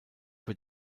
wird